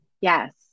Yes